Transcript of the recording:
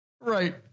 Right